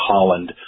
Holland